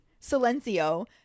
silencio